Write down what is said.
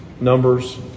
numbers